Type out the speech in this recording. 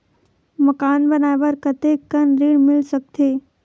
मकान बनाये बर कतेकन ऋण मिल सकथे?